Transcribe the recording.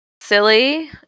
silly